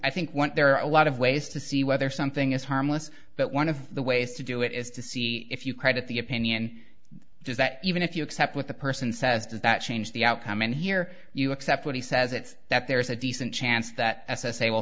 i think what there are a lot of ways to see whether something is harmless but one of the ways to do it is to see if you credit the opinion is that even if you accept what the person says does that change the outcome and here you accept what he says it's that there is a decent chance that s s a w